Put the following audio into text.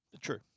True